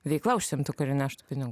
veikla užsiimtų kuri neštų pinigu